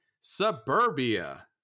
Suburbia